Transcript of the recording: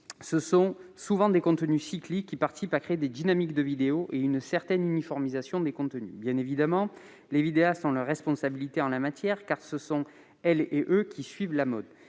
il s'agit souvent de contenus cycliques qui participent à créer des dynamiques de vidéos, ainsi qu'une certaine uniformisation des contenus. Bien évidemment, les vidéastes ont leur responsabilité en la matière, car ce sont bien eux qui suivent la mode,